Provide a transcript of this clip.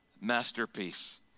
masterpiece